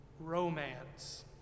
romance